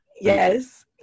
Yes